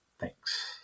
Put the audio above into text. thanks